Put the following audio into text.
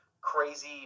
crazy